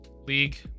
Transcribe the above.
league